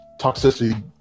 toxicity